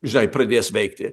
žnai pradės veikti